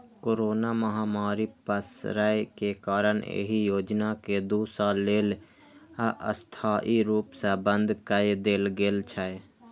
corona महामारी पसरै के कारण एहि योजना कें दू साल लेल अस्थायी रूप सं बंद कए देल गेल छै